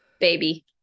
baby